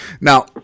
now